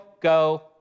go